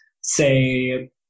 say